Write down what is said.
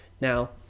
now